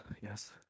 yes